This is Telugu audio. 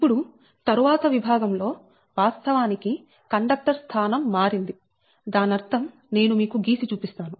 ఇప్పుడు తరువాత విభాగం లో వాస్తవానికి కండక్టర్ స్థానం మారింది దానర్థం నేను మీకు గీసి చూపిస్తాను